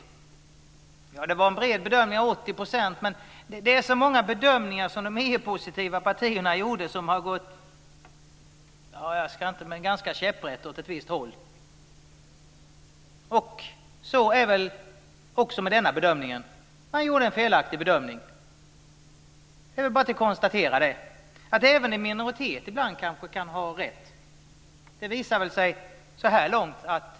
Ja, det var en bred bedömning av 80 %, men det är så många bedömningar som de EU-positiva partierna gjorde som har gått ganska käpprätt åt ett visst håll. Så är väl fallet också med denna bedömning. Man gjorde en felaktig bedömning. Det är bara att konstatera det. Även en minoritet kan kanske ha rätt ibland.